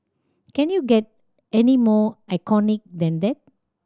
can you get any more iconic than that